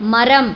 மரம்